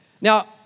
Now